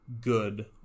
good